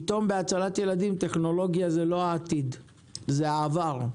פתאום בהצלת ילדים טכנולוגיה היא לא העתיד אלא העבר.